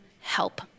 help